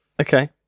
Okay